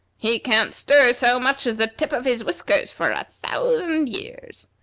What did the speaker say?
he can't stir so much as the tip of his whiskers for a thousand years.